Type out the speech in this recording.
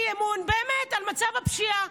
אי-אמון על מצב הפשיעה.